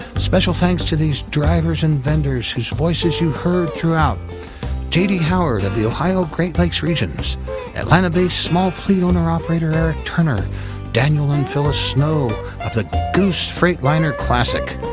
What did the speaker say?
special thanks to these drivers and vendors, whose voices you heard throughout j d. howard of the ohio great lakes regions atlanta-based small fleet owner-operator eric turner daniel and phyllis snow and the goose freightliner classic